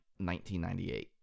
1998